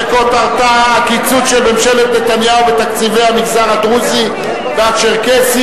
שכותרתה: הקיצוץ של ממשלת נתניהו בתקציבי המגזר הדרוזי והצ'רקסי,